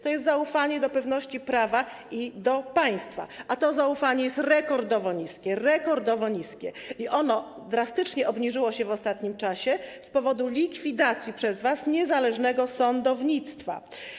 To jest zaufanie do pewności prawa i do państwa, a to zaufanie jest rekordowo niskie, rekordowo niskie, i ono drastycznie obniżyło się w ostatnim czasie z powodu likwidacji przez was niezależnego sądownictwa.